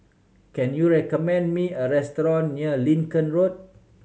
can you recommend me a restaurant near Lincoln Road